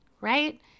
right